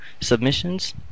submissions